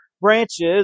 branches